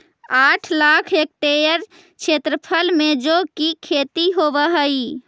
आठ लाख हेक्टेयर क्षेत्रफल में जौ की खेती होव हई